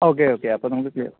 okay okay അപ്പോള് നമുക്കു ചെയ്യാം